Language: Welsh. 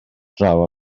draw